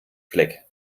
fleck